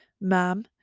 Ma'am